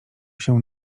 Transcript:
się